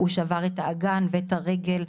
הוא שבר את האגן ואת הרגל,